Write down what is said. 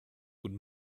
would